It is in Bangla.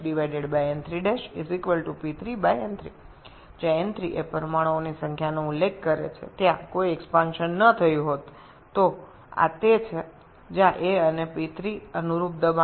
তো সেখান থেকে P3n3P3n3 যেখানে n3 অণুর সংখ্যা বোঝায় সেখানে কোনও বৃদ্ধি ঘটে নি এবং এ এবং P3 হল এইসময় চাপের মান